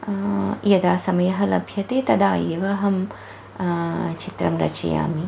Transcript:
यदा समयः लभ्यते तदा एव अहं चित्रं रचयामि